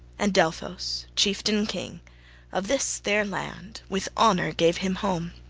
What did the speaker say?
and delphos, chieftain-king of this their land, with honour gave him home